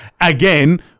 again